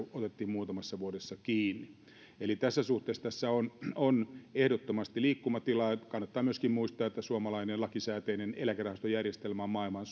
otettiin muutamassa vuodessa kiinni on tässä suhteessa ehdottomasti liikkumatilaa kannattaa myöskin muistaa että suomalainen lakisääteinen eläkerahastojärjestelmä on maailman